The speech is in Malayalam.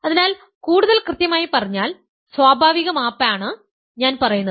അതിനാൽ കൂടുതൽ കൃത്യമായി പറഞ്ഞാൽ സ്വാഭാവിക മാപ് ആണ് ഞാൻ പറയുന്നത്